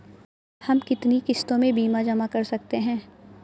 हम कितनी किश्तों में बीमा जमा कर सकते हैं?